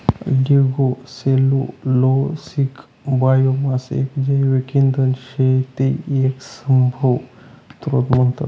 lignocellulosic biomass एक जैविक इंधन शे ते एक सभव्य स्त्रोत म्हणतस